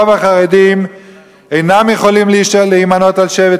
רוב החרדים אינם יכולים להימנות עם שבט